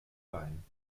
bein